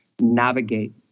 navigate